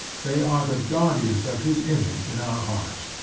they are the guardians of his image in our hearts.